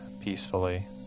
peacefully